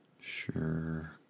Sure